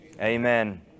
amen